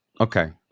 okay